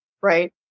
right